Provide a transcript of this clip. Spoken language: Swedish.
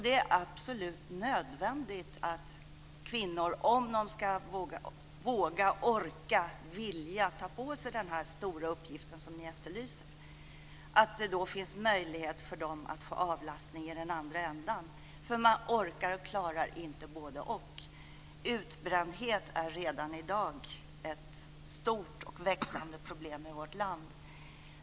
Det är absolut nödvändigt för kvinnor, om de ska våga, orka och vilja ta på sig den stora uppgift som ni efterlyser, att det finns möjlighet att få avlastning i den andra ändan. Man orkar och klarar inte både-och. Utbrändhet är redan i dag ett stort och växande problem i vårt land.